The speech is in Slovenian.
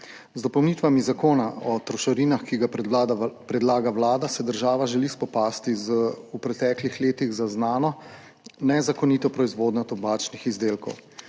Z dopolnitvami Zakona o trošarinah, ki ga predlaga Vlada, se država želi spopasti z v preteklih letih znano nezakonito proizvodnjo tobačnih izdelkov.